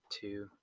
two